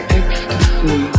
ecstasy